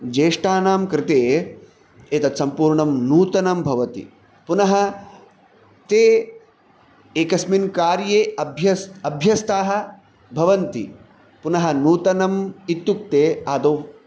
ज्येष्टानां कृते एतत् सम्पूर्णं नूतनं भवति पुनः ते एकस्मिन् कार्ये अभ्यस् अभ्यस्ताः भवन्ति पुनः नूतनम् इत्युक्ते आदौ